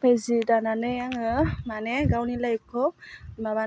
फाइ जि दानानै आङो मानि गावनि लाइफखौ माबा